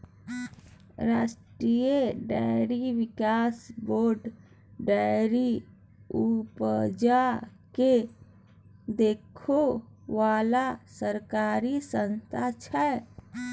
राष्ट्रीय डेयरी बिकास board dairy उपजा केँ देखै बला सरकारी संस्था छै